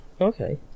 Okay